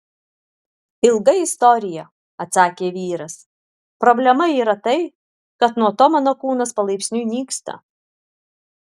ilga istorija atsakė vyras problema yra tai kad nuo to mano kūnas palaipsniui nyksta